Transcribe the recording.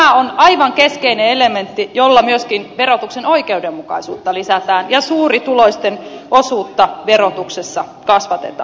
tämä on aivan keskeinen elementti jolla myöskin verotuksen oikeudenmukaisuutta lisätään ja suurituloisten osuutta verotuksessa kasvatetaan